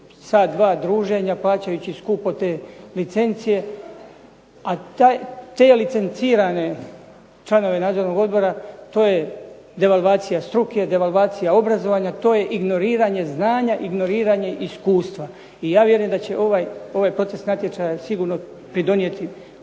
sat, dva druženja, plaćajući skupo te licencije, a te licencirane članove nadzornog odbora to je devalvacija struke, devalvacija obrazovanja, to je ignoriranje znanja, ignoriranje iskustva i ja vjerujem da će ovaj proces natječaja sigurno pridonijeti kvalitetnijem